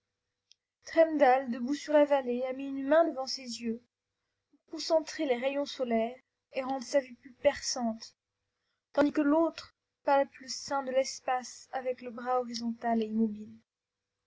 debout sur la vallée a mis une main devant ses yeux pour concentrer les rayons solaires et rendre sa vue plus perçante tandis que l'autre palpe le sein de l'espace avec le bras horizontal et immobile